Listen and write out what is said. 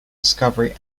discovery